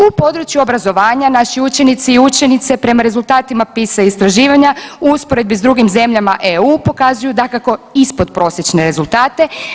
U području obrazovanja naši učenici i učenice prema rezultatima PISA istraživanja u usporedbi sa drugim zemljama EU pokazuju dakako ispod prosječne rezultate.